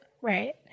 Right